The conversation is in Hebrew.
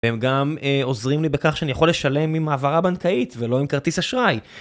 והם גם עוזרים לי בכך שאני יכול לשלם עם העברה בנקאית ולא עם כרטיס אשראי.